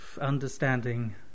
understanding